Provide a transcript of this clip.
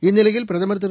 இந்நிலையில் பிரதமர் திரு